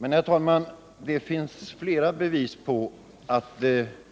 Men, herr talman, det finns flera bevis på att